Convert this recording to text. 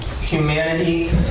humanity